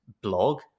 blog